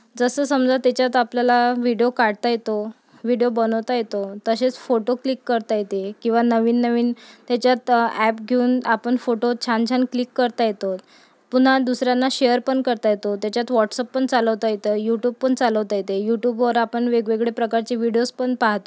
जसं समजा त्याच्यात आपल्याला विडिओ काढता येतो विडिओ बनवता येतो तसेच फोटो क्लिक करता येते किंवा नवीननवीन त्याच्यात अॅप घेऊन आपण फोटो छानछान क्लिक करता येतो पुन्हा दुसऱ्यांना शेअर पण करता येतो त्याच्यात वॉट्सअप पण चालवता येतं युटूब पण चालवता येते युटूबवर आपन वेगवेगळे प्रकारचे विडिओज पण पाहतो